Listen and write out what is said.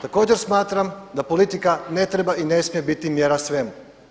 Također smatram da politika ne treba i ne smije biti mjera svemu.